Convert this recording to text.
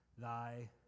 Thy